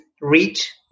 reach